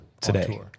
today